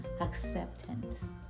acceptance